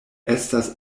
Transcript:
estas